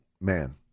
man